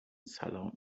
سلام